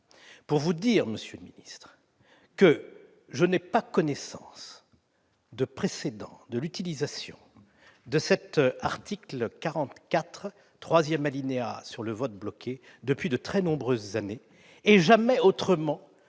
et des comptes publics, que je n'ai pas connaissance de précédents de l'utilisation de cet article 44, troisième alinéa, relatif au vote bloqué depuis de très nombreuses années, et jamais autrement